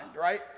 right